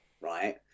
right